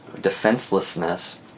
defenselessness